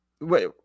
wait